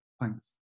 Thanks